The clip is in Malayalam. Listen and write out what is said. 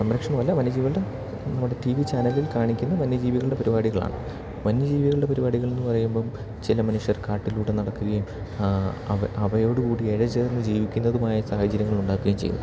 സംരക്ഷണം അല്ല വന്യജീവികളുടെ നമ്മുടെ ടി വി ചാനലിൽ കാണിക്കുന്ന വന്യജീവികളുടെ പരിപാടികളാണ് വന്യജീവികളുടെ പരിപാടികൾ എന്ന് പറയുമ്പം ചില മനുഷ്യർ കാട്ടിലൂടെ നടക്കുകേം അവ അവയോട് കൂടി ഇഴ ചേർന്ന് ജീവിക്കുന്നതുമായ സാഹചര്യങ്ങൾ ഉണ്ടാക്കുകേം ചെയ്യും